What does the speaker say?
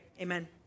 Amen